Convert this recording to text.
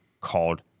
called